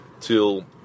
till